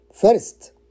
first